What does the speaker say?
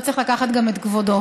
לא צריך לקחת גם את כבודו.